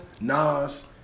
Nas